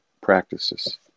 practices